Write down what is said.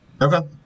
Okay